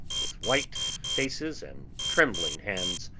with white faces and trembling hands,